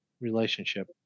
relationship